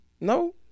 No